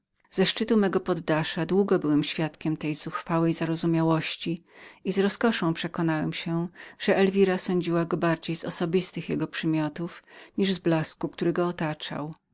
ze szczytu mego poddasza długo byłem świadkiem tej zuchwałej zarozumiałości i z roskoszą przekonałem się że elwira sądziła o nim bardziej z osobistych jego przymiotów jak z blasku który go otaczał